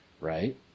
right